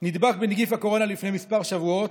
נדבק בנגיף הקורונה לפני כמה שבועות,